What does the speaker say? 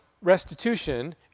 restitution